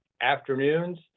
afternoons